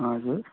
हजुर